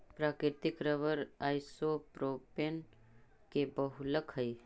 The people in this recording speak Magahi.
प्राकृतिक रबर आइसोप्रोपेन के बहुलक हई